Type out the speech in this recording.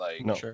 No